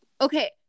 okay